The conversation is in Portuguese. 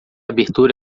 abertura